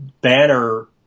Banner